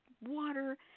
water